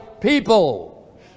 people